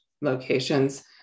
locations